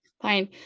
fine